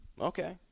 Okay